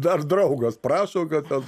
dar draugas prašo kad ten